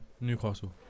Newcastle